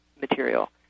material